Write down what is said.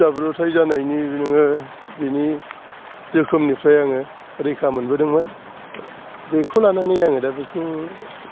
जाब्रबथाय जानायनि बेनि जोखोमनिफ्राय आङो रैखा मोनबोदोंमोन बेखौ लानानै आङो दा बेखौ